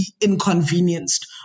inconvenienced